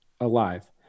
alive